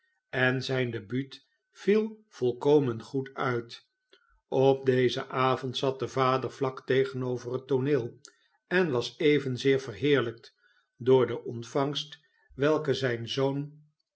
en zijn debut viel volkomen goed uit op dezen avond zat de vader vlak tegenover het tooneel en was evenzeer verheerlijkt door de ontvangst welke zijn zoon